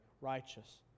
righteous